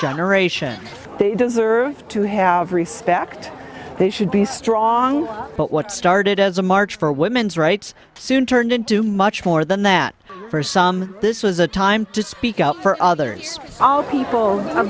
generation they deserve to have respect they should be strong but what started as a march for women's rights soon turned into much more than that for some this was a time to speak out for other